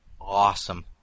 Awesome